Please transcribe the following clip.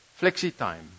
flexi-time